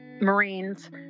Marines